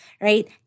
right